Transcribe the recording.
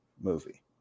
movie